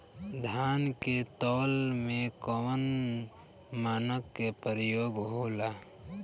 धान के तौल में कवन मानक के प्रयोग हो ला?